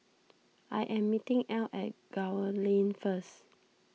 I am meeting Ell at Gul Lane first